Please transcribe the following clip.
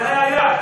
זה היה היעד,